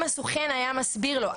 אם הסוכן היה מסביר לו,